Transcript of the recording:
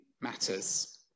matters